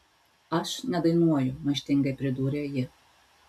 aš nedainuoju maištingai pridūrė ji